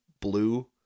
blue